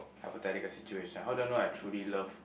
hypothetical situation how do I know I truly love